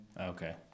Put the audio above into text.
Okay